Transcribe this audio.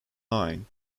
line